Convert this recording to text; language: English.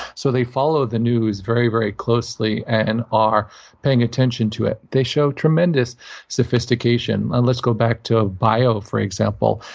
so they follow the news very, very closely and are paying attention to it. they show tremendous sophistication. and let's go back to ah bio, for example.